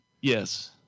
Yes